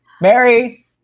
Mary